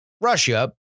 Russia